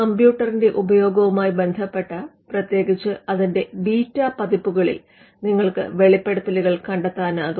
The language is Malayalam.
കമ്പ്യൂട്ടറിന്റെ ഉപയോഗവുമായി ബന്ധപ്പെട്ട പ്രതേകിച്ച് അതിന്റെ ബീറ്റ പതിപ്പുകളിൽ നിങ്ങൾക്ക് വെളിപ്പെടുത്തലുകൾ കണ്ടെത്താനാകും